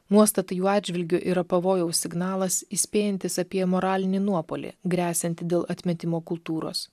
nuostata jų atžvilgiu yra pavojaus signalas įspėjantis apie moralinį nuopuolį gresiantį dėl atmetimo kultūros